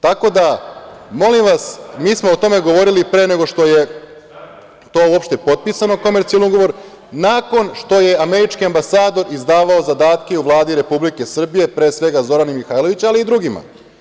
Tako da, molim vas, mi smo o tome govorili pre nego što je to uopšte potpisano, komercijalni ugovor, nakon što je američki ambasador izdavao zadatke u Vladi Republike Srbije, pre svega Zorani Mihajlović, ali i drugima.